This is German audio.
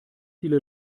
viele